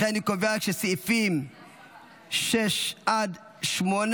לכן אני קובע שסעיפים 6 8,